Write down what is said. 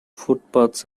footpaths